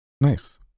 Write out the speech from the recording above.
Nice